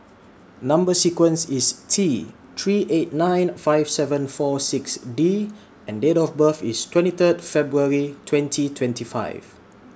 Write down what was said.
Number sequence IS T three eight nine five seven four six D and Date of birth IS twenty Third February twenty twenty five